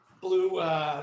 blue